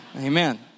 Amen